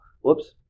Whoops